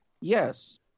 Yes